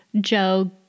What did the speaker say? Joe